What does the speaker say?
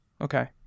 Okay